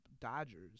Dodgers